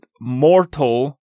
mortal